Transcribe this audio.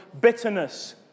bitterness